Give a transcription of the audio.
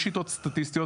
יש שיטות סטטיסטיות,